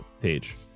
page